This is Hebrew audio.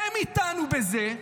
והם איתנו בזה,